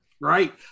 Right